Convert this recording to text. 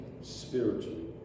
spiritually